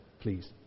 please